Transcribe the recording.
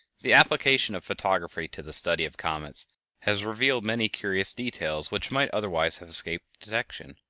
the application of photography to the study of comets has revealed many curious details which might otherwise have escaped detection,